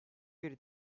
bir